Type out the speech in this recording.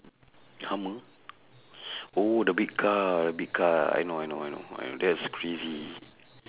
hummer oh the big car big car I know I know that's crazy